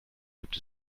gibt